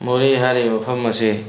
ꯃꯣꯔꯦ ꯍꯥꯏꯔꯤꯕ ꯃꯐꯝ ꯑꯁꯦ